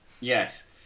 yes